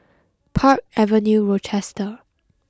Park Avenue Rochester